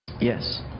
Yes